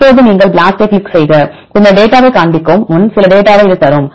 இப்போது நீங்கள் BLAST ஐக் கிளிக் செய்க பின்னர் டேட்டாவை காண்பிக்கும் முன் சில டேட்டாவை இது தரும்